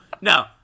no